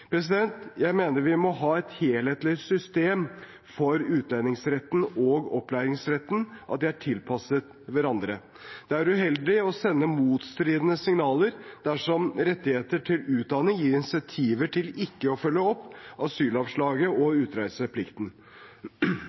Jeg mener vi må ha et helhetlig system der utlendingsretten og opplæringsretten er tilpasset hverandre. Det er uheldig og sender motstridende signaler dersom rettigheter til utdanning gir incentiver til ikke å følge opp asylavslaget og utreiseplikten.